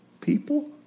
people